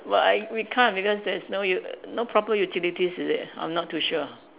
but I we can't because there's no you no proper utilities is it I'm not too sure